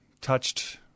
touched